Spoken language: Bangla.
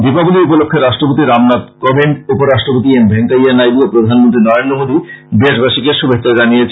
দীপাবলী উপলক্ষ্যে রাষ্ট্রপতি রামনাথ কোবিন্দ উপ রাষ্ট্রপতি এম ভেস্কাইয়া নাইড় ও প্রধানমন্ত্রী নরেন্দ্র মোদী দেশবাসীকে শুভেচ্ছা জানিয়েছেন